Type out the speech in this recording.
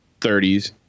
30s